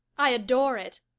i adore it.